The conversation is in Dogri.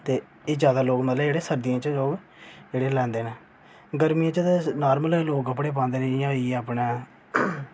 ते एह् ज्यादा लोग मतलब जेह्ड़े सर्दियें च लोग जेह्ड़े लैंदे न गर्मियें च ते नार्मल लोग कपडे पांदे न जियां होई गेआ अपने